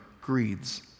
greeds